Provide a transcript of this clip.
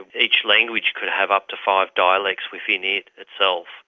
and each language could have up to five dialects within it itself.